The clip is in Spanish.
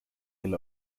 del